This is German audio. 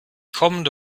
kommende